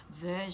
version